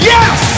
Yes